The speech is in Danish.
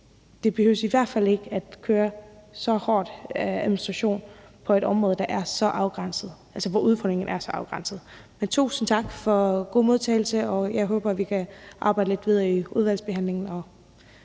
i hvert fald ikke blive kørt så hårdt på et område, hvor udfordringerne er så afgrænsede. Men tusind tak for en god modtagelse, og jeg håber, at vi kan arbejde lidt videre i udvalgsbehandlingen.